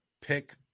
pick